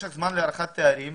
משך זמן להערכת תארים.